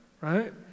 right